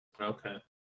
okay